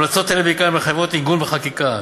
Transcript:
המלצות אלה, בעיקרן, מחייבות עיגון בחקיקה.